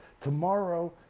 tomorrow